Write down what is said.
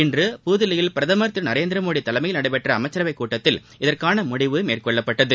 இன்று புதுதில்லியில் பிரதமர் திரு நரேந்திரமோடி தலைமையில் நடைபெற்ற அமைச்சரவைக் கூட்டத்தில் இதற்கான முடிவு மேற்கொள்ளப்பட்டது